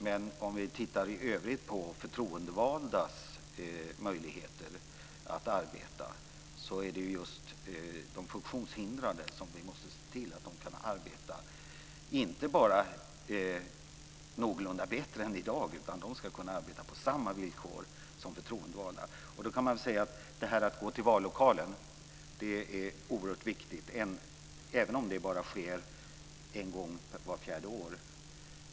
Men när det i övrigt gäller förtroendevaldas möjligheter att arbeta handlar det just om att se till att de funktionshindrade kan arbeta, och inte bara någorlunda bättre än i dag utan på samma villkor som andra förtroendevalda. Det här med att gå till vallokalen är oerhört viktigt, även om det bara sker en gång vart fjärde år.